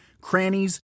crannies